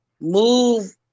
move